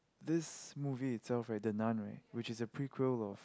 this movie itself right the Nun right which is the prequel of